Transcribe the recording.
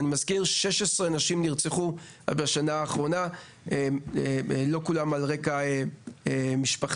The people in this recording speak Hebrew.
אני מזכיר ש-16 נשים נרצחו בשנה האחרונה ולא כולן ברקע משפחתי,